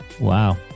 Wow